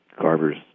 Carver's